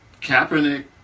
Kaepernick